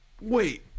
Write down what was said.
Wait